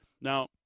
Now